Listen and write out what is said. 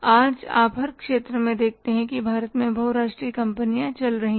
आज आप हर क्षेत्र में देखते हैं कि भारत में बहु राष्ट्रीय कंपनियां चल रही हैं